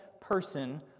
person